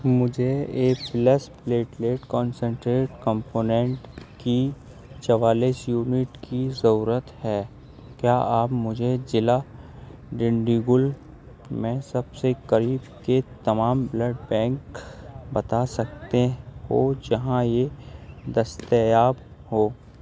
مجھے A plus platelet concentrate component کی چوالیس یونٹ کی ضرورت ہے کیا آپ مجھے ضلع ڈنڈیگل میں سب سے قریب کے تمام بلڈ بینک بتا سکتے ہو جہاں یہ دستیاب ہو